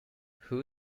who